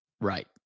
Right